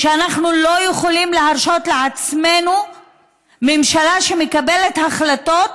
שאנחנו לא יכולים להרשות לעצמנו ממשלה שמקבלת החלטות